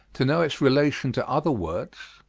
to know its relation to other words,